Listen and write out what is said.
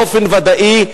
באופן ודאי,